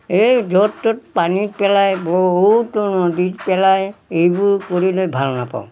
এই য'ত ত'ত পানীত পেলাই বহুতো নদীত পেলাই এইবোৰ কৰিলে ভাল নাপাওঁ